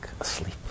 asleep